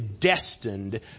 destined